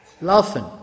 Laughing